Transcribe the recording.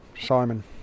Simon